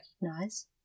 recognize